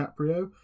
DiCaprio